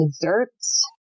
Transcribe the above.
desserts